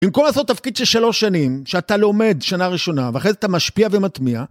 במקום לעשות תפקיד של שלוש שנים, שאתה לומד שנה ראשונה, ואחרי זה אתה משפיע ומטמיע.